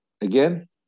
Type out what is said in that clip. again